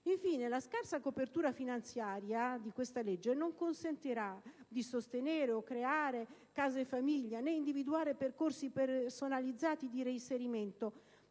Infine, la scarsa copertura finanziaria di questa legge non consentirà di sostenere o creare case famiglia né di individuare percorsi personalizzati di reinserimento,